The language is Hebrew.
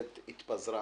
שהכנסת התפזרה.